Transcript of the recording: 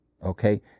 Okay